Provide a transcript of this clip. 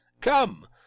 Come